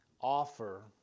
offer